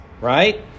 right